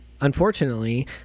unfortunately